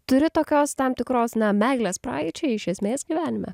turi tokios tam tikros na meilės praeičiai iš esmės gyvenime